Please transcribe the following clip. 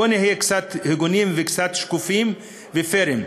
בואו נהיה קצת הגונים וקצת שקופים ופיירים,